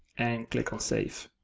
and click on save.